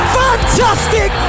fantastic